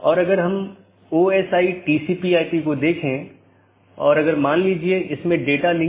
वास्तव में हमने इस बात पर थोड़ी चर्चा की कि विभिन्न प्रकार के BGP प्रारूप क्या हैं और यह अपडेट क्या है